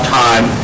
time